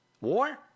War